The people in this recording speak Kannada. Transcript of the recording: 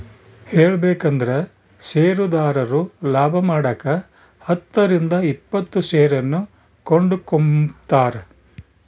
ಹೇಳಬೇಕಂದ್ರ ಷೇರುದಾರರು ಲಾಭಮಾಡಕ ಹತ್ತರಿಂದ ಇಪ್ಪತ್ತು ಷೇರನ್ನು ಕೊಂಡುಕೊಂಬ್ತಾರ